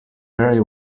very